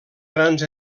grans